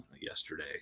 yesterday